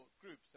groups